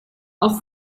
auch